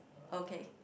okay